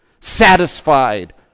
Satisfied